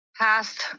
past